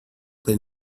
but